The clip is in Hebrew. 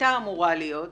הייתה אמורה להיות,